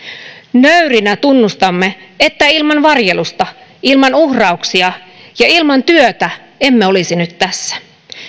nöyrinä tunnustamme että ilman varjelusta ilman uhrauksia ja ilman työtä emme olisi nyt tässä